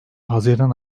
haziran